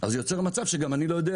אז זה יוצר מצב שגם אני לא יודע